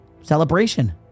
celebration